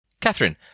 Catherine